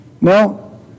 No